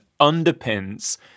underpins